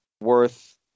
worth